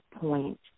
point